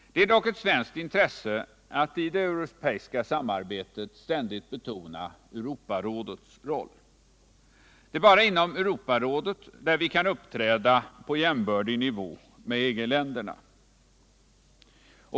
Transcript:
Det är dock ett svenskt intresse att i det europeiska samarbetet ständigt betona Europarådets roll. Det är bara inom Europarådet som vi kan uppträda på jämbördig nivå med EG-länderna.